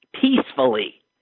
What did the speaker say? peacefully